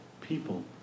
people